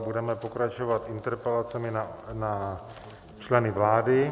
Budeme pokračovat interpelacemi na členy vlády.